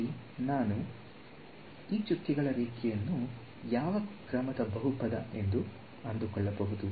ಇಲ್ಲಿ ನಾನು ಈ ಚುಕ್ಕೆಗಳ ರೇಖೆಯನ್ನು ಯಾವ ಕ್ರಮದ ಬಹುಪದ ಎಂದು ಅಂದುಕೊಳ್ಳಬಹುದು